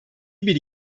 bir